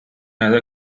other